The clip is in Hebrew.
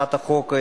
1